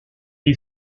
est